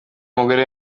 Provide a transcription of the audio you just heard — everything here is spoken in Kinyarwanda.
mugore